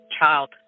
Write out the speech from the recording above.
child